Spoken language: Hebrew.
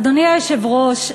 אדוני היושב-ראש,